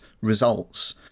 results